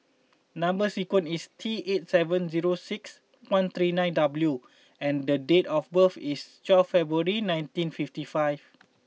number sequence is T eight seven zero six one three nine W and the date of birth is twelve February nineteen fifty five